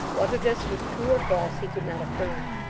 whether this was true or false, he could not affirm.